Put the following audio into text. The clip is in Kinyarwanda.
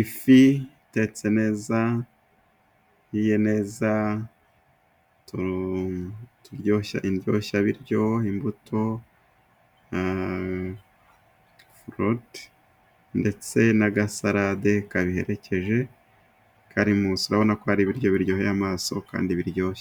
ifi itetse neza ihiye neza, ifite utuntu indyoshya biryo imbuto frote, ndetse n'agasarade kabiherekeje kari munsi. Urabona ko ari ibiryo biryoheye amaso, kandi biryoshye.